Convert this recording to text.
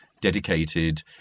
dedicated